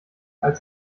als